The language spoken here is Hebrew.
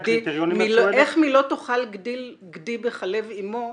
איך מ"לא תאכל גדי בחלב אימו"